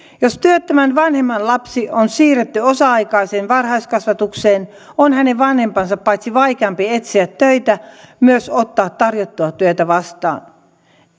jos työttömän vanhemman lapsi on siirretty osa aikaiseen varhaiskasvatukseen on hänen vanhempansa vaikeampi paitsi etsiä töitä myös ottaa tarjottua työtä vastaan